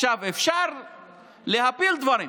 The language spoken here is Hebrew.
אפשר להפיל דברים,